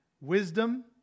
Wisdom